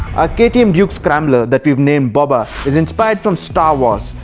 um duke scrambler that we've named bobba is inspired from star wars.